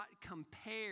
compare